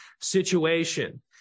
situation